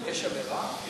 יש עבירה?